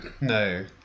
no